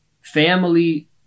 family